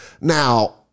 now